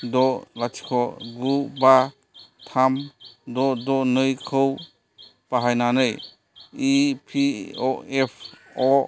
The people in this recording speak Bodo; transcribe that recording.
द' लाथिख' गु बा थाम द' द' नै खौ बाहायनानै इ पि अ एफ अ